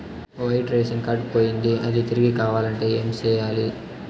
white ration card పోయింది అది తిరిగి కావాలంటే ఏం సేయాలి